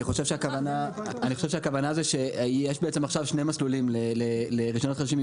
אני חושב שהכוונה שיש עכשיו שני מסלולים לרישיונות חדשים,